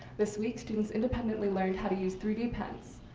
this week students independently learned how to use three d pens.